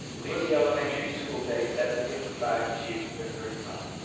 leave the elementary school day seven fifty five to thirty five.